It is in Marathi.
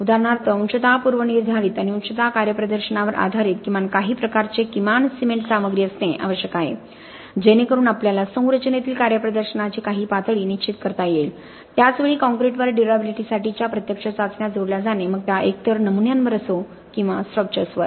उदाहरणार्थ अंशतः पूर्वनिर्धारित आणि अंशतः कार्यप्रदर्शनावर आधारित किमान काही प्रकारचे किमान सिमेंट सामग्री असणे आवश्यक आहे जेणेकरुन आम्हाला संरचनेतील कार्यप्रदर्शनाची काही पातळी निश्चित करता येईल त्याच वेळी काँक्रीटवर ड्युर्याबिलिटीसाठी च्या प्रत्यक्ष चाचण्या जोडल्या जाने मग त्या एकतर नमुन्यांवर असो किंवा स्ट्रक्चर वर